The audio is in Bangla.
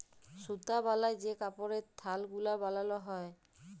সুতা বালায় যে কাপড়ের থাল গুলা বালাল হ্যয়